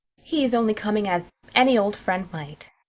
he is only coming as any old friend might.